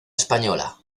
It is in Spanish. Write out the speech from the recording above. española